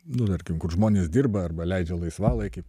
nu tarkim kur žmonės dirba arba leidžia laisvalaikį